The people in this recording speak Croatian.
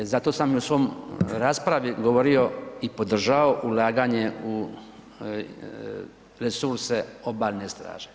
Zato sam u svojoj raspravi govorio i podržao ulaganje u resurse obalne straže.